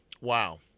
Wow